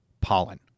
pollen